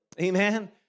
Amen